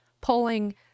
polling